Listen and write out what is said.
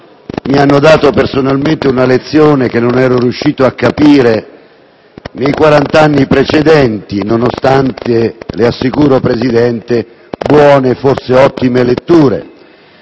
mi hanno dato personalmente una lezione che non ero riuscito a capire nei quarant'anni precedenti, nonostante - le assicuro, signor Presidente - buone, forse ottime letture: